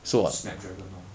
Snapdragon lor